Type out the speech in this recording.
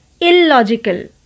illogical